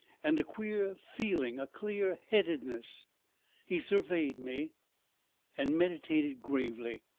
and a queer feeling, a clear-headedness he surveyed me and meditated gravely.